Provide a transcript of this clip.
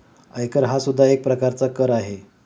आयकर हा सुद्धा एक प्रकारचा कर आहे